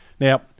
Now